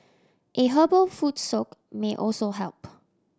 a herbal foot soak may also help